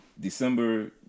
December